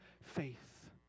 faith